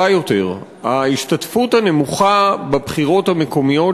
יותר: ההשתתפות הנמוכה בבחירות המקומיות,